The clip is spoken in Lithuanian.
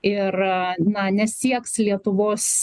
ir na nesieks lietuvos